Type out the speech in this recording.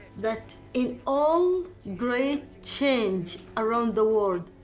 that in all great change around the world.